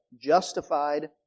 justified